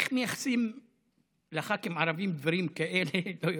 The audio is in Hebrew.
איך מייחסים לח"כים ערבים דברים כאלה, לא יודע.